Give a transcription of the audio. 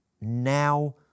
now